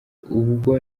ubwo